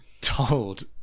told